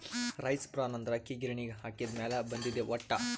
rice bran ಅಂದ್ರ ಅಕ್ಕಿ ಗಿರಿಣಿಗ್ ಹಾಕಿದ್ದ್ ಮ್ಯಾಲ್ ಬಂದಿದ್ದ್ ಹೊಟ್ಟ